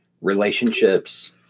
relationships